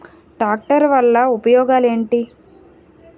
Tractor వల్ల ఉపయోగాలు ఏంటీ?